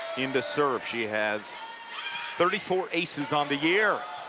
in to serve. she has thirty four aces on the year.